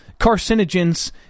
carcinogens